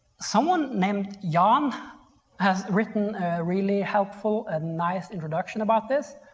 someone named jan has written a really helpful and nice introduction about this.